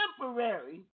temporary